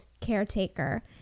caretaker